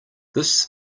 this